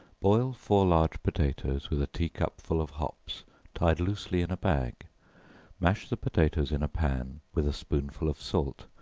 boil four large potatoes with a tea-cupful of hops tied loosely in a bag mash the potatoes in a pan, with a spoonful of salt,